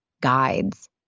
guides